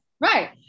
right